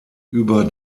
über